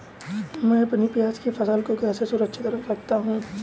मैं अपनी प्याज की फसल को कैसे सुरक्षित रख सकता हूँ?